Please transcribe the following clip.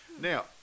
Now